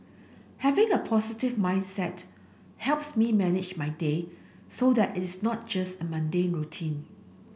having a positive mindset helps me manage my day so that it is not just a mundane routine